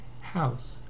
house